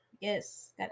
Yes